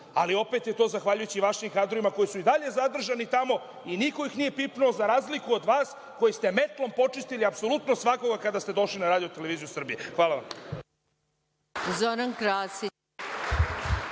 ali opet je to zahvaljujući vašim kadrovima koji su i dalje zadržani tamo i niko ih nije pipnuo, za razliku od vas koji ste metlom počistili apsolutno svakog kada ste došli na RTS. Hvala vam.